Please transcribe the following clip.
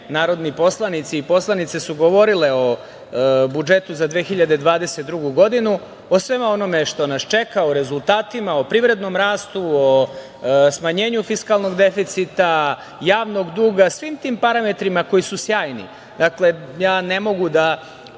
narodni poslanici i poslanice su govorile o budžetu za 2022. godinu, o svemu onome što nas čeka, o rezultatima, o privrednom rastu, o smanjenju fiskalnog deficita, javnog duga, svim tim parametrima koji su sjajni. Dakle, ne mogu da